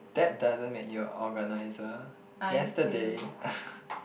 that doesn't make you a organizer yesterday